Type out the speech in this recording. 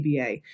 ABA